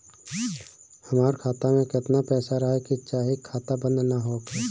हमार खाता मे केतना पैसा रहे के चाहीं की खाता बंद ना होखे?